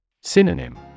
Synonym